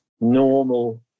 normal